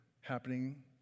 happening